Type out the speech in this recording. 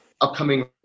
upcoming